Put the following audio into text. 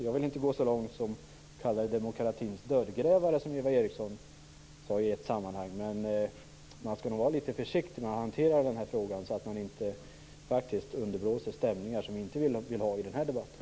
Jag vill inte gå så långt att jag talar om demokratins dödgrävare, som Eva Eriksson gjorde. Man skall nog vara litet försiktig när denna fråga hanteras; detta för att inte underblåsa stämningar som vi inte vill ha i den här debatten.